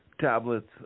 Tablets